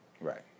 Right